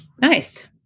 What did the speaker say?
Nice